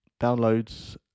downloads